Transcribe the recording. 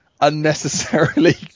unnecessarily